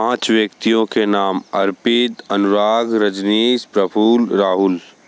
पाँच व्यक्तियों के नाम अर्पित अनुराग रजनीश प्रफुल्ल राहुल